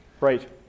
Right